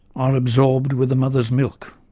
are absorbed with a mother's milk.